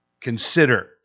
Consider